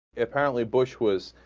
apparently bush was